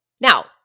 Now